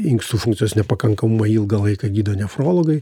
inkstų funkcijos nepakankamumą ilgą laiką gydo nefrologai